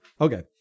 okay